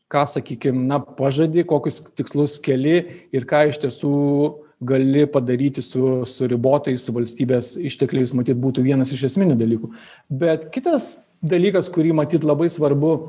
ką sakykim na pažadi kokius tikslus keli ir ką iš tiesų gali padaryti su su ribotais valstybės ištekliais matyt būtų vienas iš esminių dalykų bet kitas dalykas kurį matyt labai svarbu